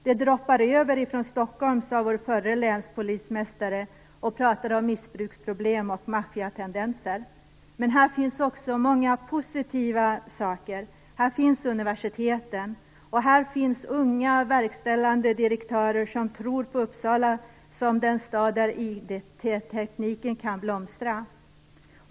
Det droppar över ifrån Stockholm, sade vår förre länspolismästare och pratade om missbruksproblem och maffiatendenser. Men här finns också många positiva saker. Här finns universitetet, och här finns unga verkställande direktörer som tror på Uppsala som den stad där informationstekniken kan blomstra.